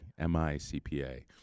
MICPA